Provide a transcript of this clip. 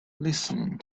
listening